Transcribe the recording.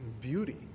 beauty